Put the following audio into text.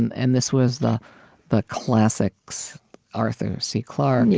and and this was the the classics arthur c. clarke, and yeah